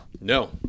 No